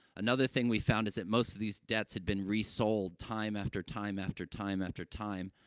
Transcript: another thing we found is that most of these debts had been resold time after time after time after time,